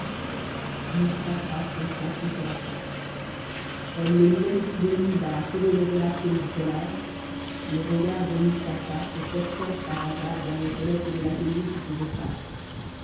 mustapha consentit enfin comme le nouvel époux d'olinda achevait l'opération du collage les regards de mustapha se portèrent par hasard vers les fenêtres de l'atelier qui faisait face